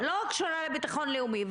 קשורה לביטחון לאומי.